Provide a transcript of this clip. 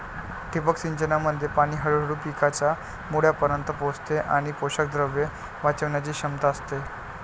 ठिबक सिंचनामध्ये पाणी हळूहळू पिकांच्या मुळांपर्यंत पोहोचते आणि पोषकद्रव्ये वाचवण्याची क्षमता असते